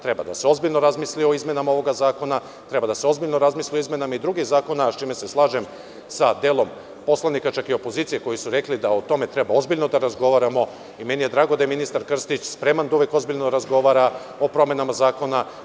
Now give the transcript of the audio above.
Treba ozbiljno razmisliti o izmenama ovog zakona, treba da se ozbiljno razmisli i o izmenama drugih zakona, sa čime se slažem sa delom poslanika, čak i opozicije koji su rekli da o tome treba ozbiljno da razgovaramo i meni je drago da je ministar Krstić spreman da uvek ozbiljno razgovara o promenama zakona.